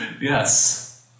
Yes